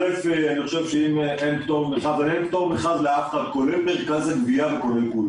אז אין פטור לאף אחד כולל מרכז הגבייה וכולם.